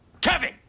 kevin